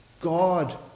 God